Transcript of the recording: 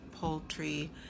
poultry